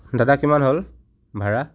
দাদা কিমান হ'ল ভাড়া